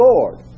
Lord